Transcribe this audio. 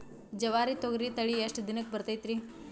ಜವಾರಿ ತೊಗರಿ ತಳಿ ಎಷ್ಟ ದಿನಕ್ಕ ಬರತೈತ್ರಿ?